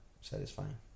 satisfying